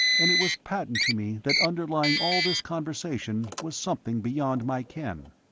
and it was patent to me that underlying all this conversation was something beyond my ken.